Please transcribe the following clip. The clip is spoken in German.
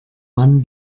mann